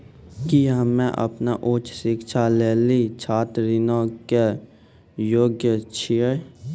कि हम्मे अपनो उच्च शिक्षा लेली छात्र ऋणो के योग्य छियै?